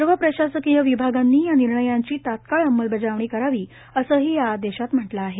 सर्व प्रशासकीय विभागांनी या निर्णयांची तात्काळ अंमलबजावणी करावी असेही या आदेशात म्हटले आहे